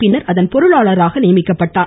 பின்னர் அதன் பொருளாளராக நியமிக்கப்பட்டார்